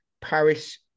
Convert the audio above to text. Paris